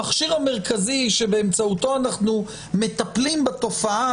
המכשיר המרכזי שבאמצעותו אנחנו מטפלים בתופעה